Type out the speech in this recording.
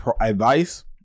advice